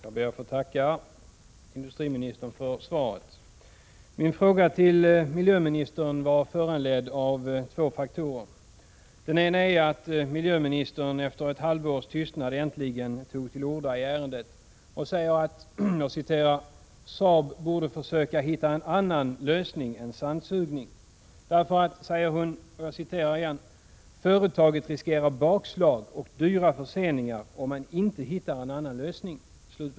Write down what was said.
Herr talman! Jag ber att få tacka industriministern för svaret. Min fråga till miljöministern var föranledd av två faktorer. Den ena är att miljöministern efter ett halvårs tystnad äntligen tog till orda i ärendet och sade: ”Saab borde försöka hitta en annan lösning än sandsugning”, därför att ”företaget riskerar bakslag och dyra förseningar om man inte hittar en annan lösning”.